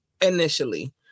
Initially